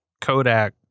Kodak